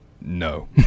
no